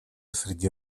среди